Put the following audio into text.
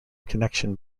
connection